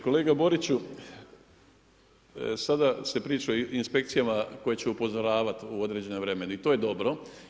Kolega Boriću, sada se priča o inspekcijama koje će upozoravati u određenom vremenu i to je dobro.